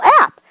app